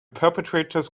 perpetrators